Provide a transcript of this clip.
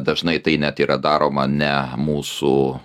dažnai tai net yra daroma ne mūsų